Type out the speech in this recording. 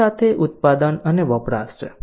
એક સાથે ઉત્પાદન અને વપરાશ છે